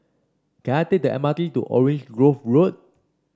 can I take the M R T to Orange Grove Road